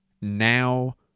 Now